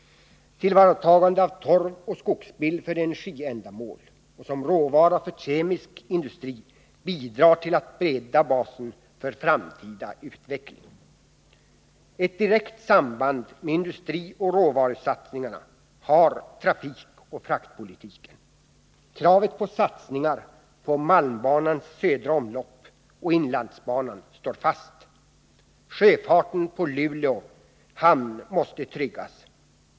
Tillvaratagande av torv och skogsspill för energiändamål och som råvara för kemisk industri bidrar till att bredda basen för framtida utveckling. Ett direkt samband med industrioch råvarusatsningarna har trafikoch fraktpolitiken. Kravet på satsningar på malmbanans södra omlopp och inlandsbanan står fast. Sjöfarten på Luleå hamn måste tryggas.